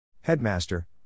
Headmaster